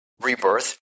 Rebirth